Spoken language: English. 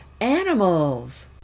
animals